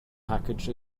package